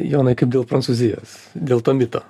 jonai kaip dėl prancūzijos dėl to mito